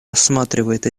рассматривает